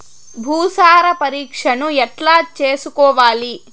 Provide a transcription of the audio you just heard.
భూసార పరీక్షను ఎట్లా చేసుకోవాలి?